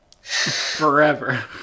Forever